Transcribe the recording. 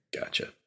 Gotcha